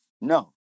No